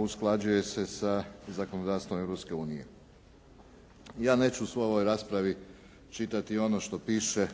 usklađuje se sa zakonodavstvom Europske unije. Ja neću u ovoj raspravi čitati ono što piše